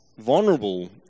vulnerable